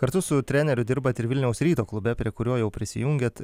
kartu su treneriu dirbat ir vilniaus ryto klube prie kurio jau prisijungiat